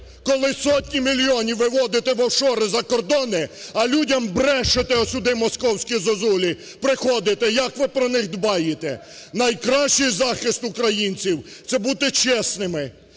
Коли сотні мільйонів виводите в офшори за кордони, а людям брешете, от сюди, московські зозулі, приходите, як ви про них дбаєте. Найкращий захист українців – це бути чесними,